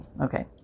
Okay